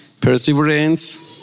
perseverance